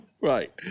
Right